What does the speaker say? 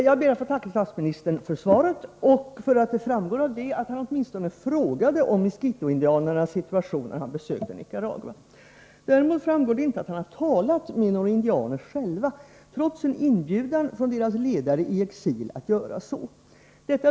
Herr talman! Jag tackar för statsministerns svar och för att det av detta framgår att statsministern åtminstone frågade om miskitoindianernas situation när han besökte Nicaragua. Däremot framgår inte att han talat med några av indianerna själva, trots en inbjudan i brev från deras ledare i exil att göra så.